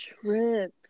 Trip